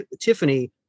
tiffany